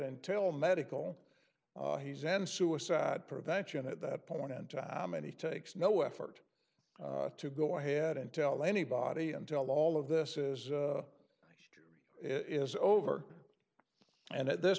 and tell medical he send suicide prevention at that point in time and he takes no effort to go ahead and tell anybody until all of this is jerry is over and at this